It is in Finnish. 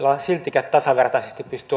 siltikään tasavertaisesti pysty